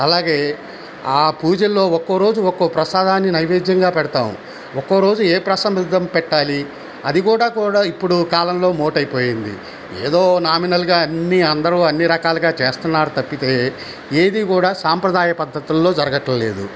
అలాగే ఆ పూజల్లో ఒక్కో రోజు ఒక్కో ప్రసాదాన్ని నైవేద్యంగా పెడతాం ఒక్కో రోజు ఏ ప్రసాదం పెట్టాలి ఆది కూడా కూడా ఇప్పుడు కాలంలో మోటైపోయింది ఏదో నామినల్గా అన్నీ అందరూ అన్నీ రకాలగా చేస్తన్నారు తప్పితే ఏది కూడా సాంప్రదాయ పద్ధతుల్లో జరగట్లేదు